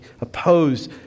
oppose